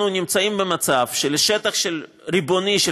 אנחנו נמצאים במצב שלשטח הריבוני של